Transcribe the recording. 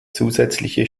zusätzliche